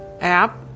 App